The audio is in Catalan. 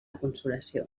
consolació